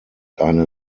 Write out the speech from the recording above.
eine